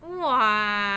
!wah!